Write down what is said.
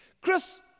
Chris